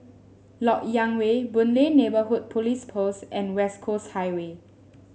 LoK Yang Way Boon Lay Neighbourhood Police Post and West Coast Highway